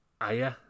Aya